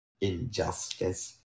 Injustice